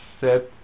set